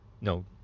No